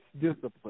discipline